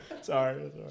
Sorry